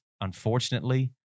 unfortunately